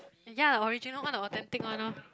ya the original one the authentic one orh